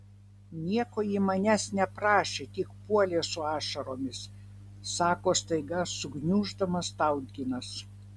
nieko ji manęs neprašė tik puolė su ašaromis sako staiga sugniuždamas tautginas